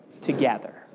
together